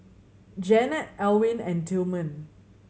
Janette Elwyn and Tillman